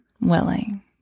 willing